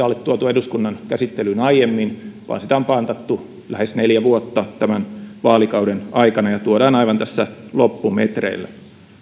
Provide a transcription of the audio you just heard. ole tuotu eduskunnan käsittelyyn aiemmin vaan sitä on pantattu lähes neljä vuotta tämän vaalikauden aikana ja tuodaan aivan tässä loppumetreillä